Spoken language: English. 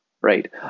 Right